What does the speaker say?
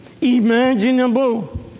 imaginable